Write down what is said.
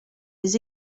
les